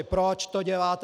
Proč to děláte?